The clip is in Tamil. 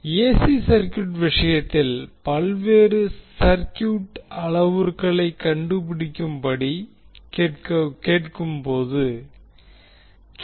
ஏசி சர்க்யூட் விஷயத்தில் பல்வேறு சர்க்யூட் அளவுருக்களைக் கண்டுபிடிக்கும்படி கேட்கும்போது கே